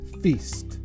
feast